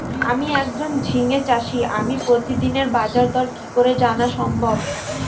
আমি একজন ঝিঙে চাষী আমি প্রতিদিনের বাজারদর কি করে জানা সম্ভব?